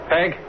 Peg